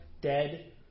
dead